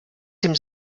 den